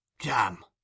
Damn